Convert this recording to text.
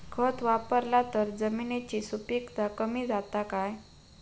खत वापरला तर जमिनीची सुपीकता कमी जाता काय?